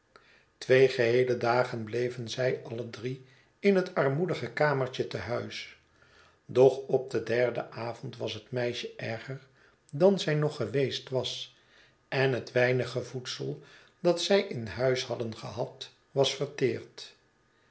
twee geheele dagen bleven zij alle drie in het armoedige kamertje tenuis doch op deji derden avond was het meisje erger dan zij nog geweest was en het weinige voedsel dajt ij in huis hadden gehad was verteerd